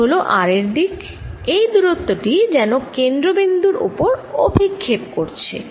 এটি হল r এর দিক এই দুরত্ব টি যেন কেন্দ্র বিন্দুর ওপর অভিক্ষেপ করছে